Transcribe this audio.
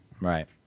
right